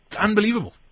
unbelievable